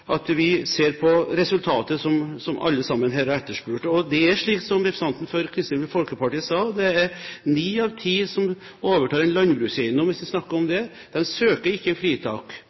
vi ser på resultatet, som alle sammen her har etterspurt. Det er slik, som representanten fra Kristelig Folkeparti sa, at ni av ti som overtar en landbrukseiendom, hvis vi snakker om det, søker ikke om fritak.